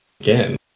again